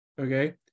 okay